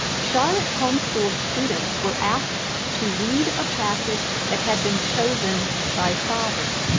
charlotte's homeschooled students were asked to read a passage that had been chosen by father.